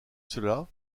cela